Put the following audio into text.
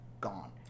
gone